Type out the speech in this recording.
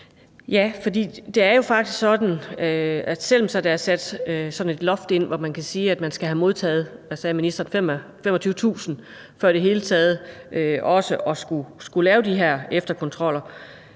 Ja, for det er jo faktisk sådan, at selv om der er sat sådan et loft ind, hvor man skal have modtaget 25.000 kr., før der overhovedet skal laves de her efterkontroller,